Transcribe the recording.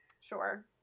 Sure